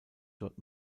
dort